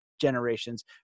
generations